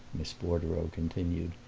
miss bordereau continued,